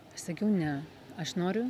aš sakiau ne aš noriu